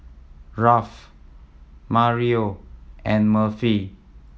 Ralph Mario and Murphy